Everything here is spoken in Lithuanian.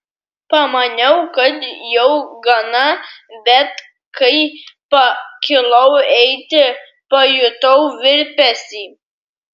pamaniau kad jau gana bet kai pakilau eiti pajutau virpesį